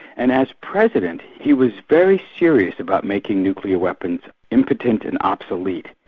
and as president he was very serious about making nuclear weapons impotent and obsolete.